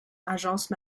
agence